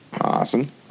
Awesome